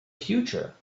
future